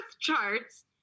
charts